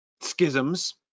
schisms